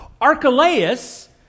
Archelaus